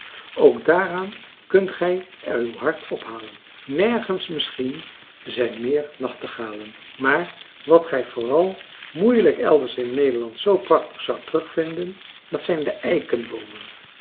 ook daaraan kunt gij er uw hart ophalen nergens misschien zijn meer nachtegalen maar wat gij vooral moeielijk elders in nederland zoo prachtig zoudt terugvinden dat zijn de eikeboomen